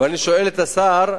ואני שואל את השר,